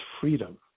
freedom